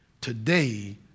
today